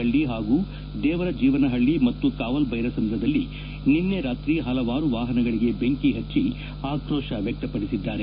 ಹಳ್ಳಿ ಹಾಗೂ ದೇವರಜೀವನಹಳ್ಳಿ ಮತ್ತು ಕಾವಲ್ಬೈರಸಂದ್ರದಲ್ಲಿ ನಿನ್ನೆ ರಾತ್ರಿ ಹಲವಾರು ವಾಹನಗಳಿಗೆ ಬೆಂಕಿ ಹಚ್ಚಿ ಆಕ್ರೋಶ ವ್ಯಕ್ತಪದಿಸಿದ್ದಾರೆ